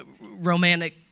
romantic